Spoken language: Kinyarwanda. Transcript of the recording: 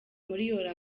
muri